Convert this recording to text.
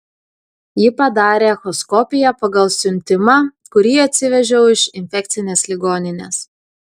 ji padarė echoskopiją pagal siuntimą kurį atsivežiau iš infekcinės ligoninės